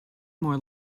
more